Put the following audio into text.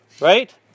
right